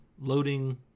loading